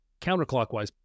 counterclockwise